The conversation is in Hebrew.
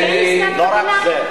כשאין עסקת חבילה,